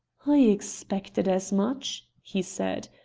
i expected as much, he said,